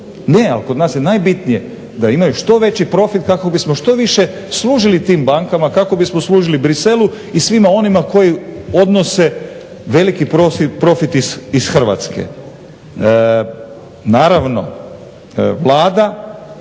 Ne, kod nas je najbitnije da imaju što veći profit kako bismo što više služili tim bankama kako bismo služili Bruxellesu i svim onima koji odnose veliki profit iz Hrvatske.